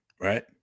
Right